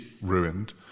ruined